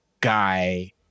guy